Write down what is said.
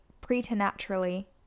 preternaturally